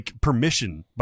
permission